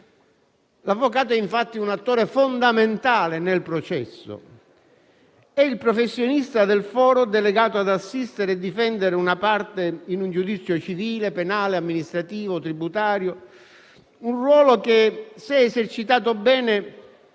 L'avvocato è infatti un attore fondamentale nel processo; è il professionista del foro delegato ad assistere e difendere una parte in un giudizio civile, penale, amministrativo, tributario, un ruolo che, se esercitato bene,